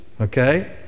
Okay